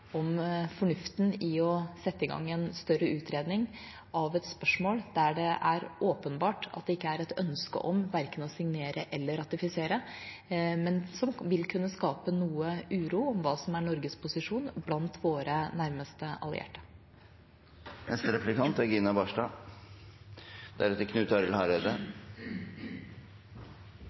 fornuften i å sette i gang en større utredning av et spørsmål der det er åpenbart at det ikke er et ønske om verken å signere eller å ratifisere, men som vil kunne skape noe usikkerhet blant våre nærmeste allierte om hva som er Norges posisjon. Det vi diskuterer her i dag, er